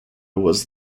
was